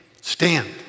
Stand